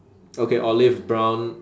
okay olive brown